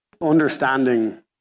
understanding